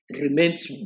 remains